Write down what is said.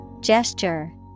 Gesture